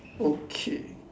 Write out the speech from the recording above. okay